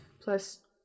plus